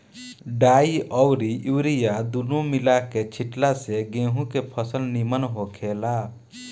डाई अउरी यूरिया दूनो मिला के छिटला से गेंहू के फसल निमन होखेला